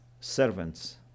servants